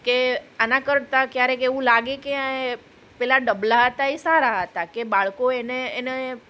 કે આના કરતાં ક્યારેક એવું લાગે કે આએ પેલા ડબલા હતા એ સારા હતાં કે બાળકો એને એને